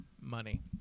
money